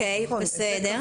בסדר.